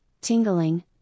tingling